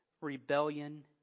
rebellion